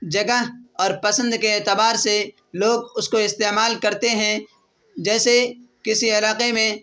جگہ اور پسند کے اعتبار سے لوگ اس کو استعمال کرتے ہیں جیسے کسی علاقے میں